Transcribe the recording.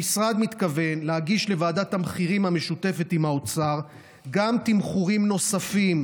המשרד מתכוון להגיש לוועדת המחירים המשותפת עם האוצר תמחורים נוספים,